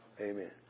Amen